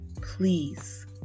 Please